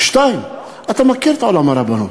2. אתה מכיר את עולם הרבנות,